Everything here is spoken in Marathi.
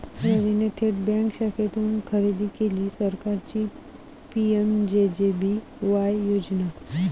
रवीने थेट बँक शाखेतून खरेदी केली सरकारची पी.एम.जे.जे.बी.वाय योजना